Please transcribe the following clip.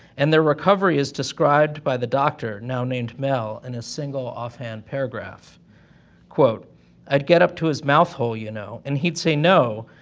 and their recovery is described by the doctor now named mel in a single, offhand quote i'd get up to his mouth-hole, you know, and he'd say no,